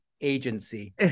agency